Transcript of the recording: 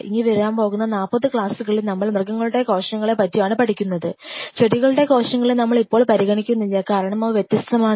ഇനി വരാൻ പോകുന്ന 40 ക്ലാസുകളിൽ നമ്മൾ മൃഗങ്ങളുടെ കോശങ്ങളെ പറ്റിയാണ് പഠിക്കുന്നത് ചെടികളുടെ കോശങ്ങളെ നമ്മൾ ഇപ്പോൾ പരിഗണിക്കുന്നില്ല കാരണം അവ വ്യത്യസ്തമാണ്